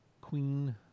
queen